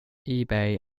ebay